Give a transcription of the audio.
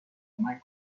کمک